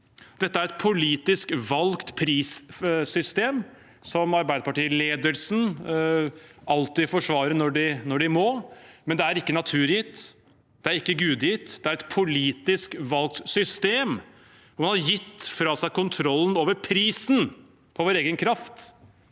Dette er et politisk valgt prissystem som Arbeiderparti-ledelsen alltid forsvarer når de må, men det er ikke naturgitt, det er ikke gudegitt – det er et politisk valgt system. Man har gitt fra seg kontrollen over prisen på egen kraft